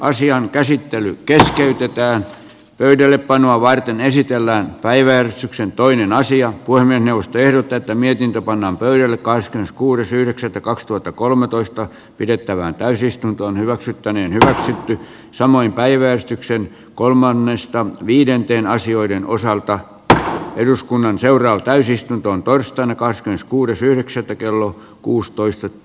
asian käsittely keskeytetään pöydällepanoa varten esitellään päivän toinen asia kuin ennusteita tätä mietintö pannaan pöydälle kans kuudes yhdeksättä kaksituhattakolmetoista pidettävään täysistunto hyväksyttäneen hyväksyttiin samoin päiväystyksen kolmannesta viidenteen asioiden osalta että eduskunnan seuraa täysistuntoon torstaina kahdeskymmeneskuudes yhdeksättä kello kuusitoista